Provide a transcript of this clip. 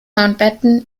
mountbatten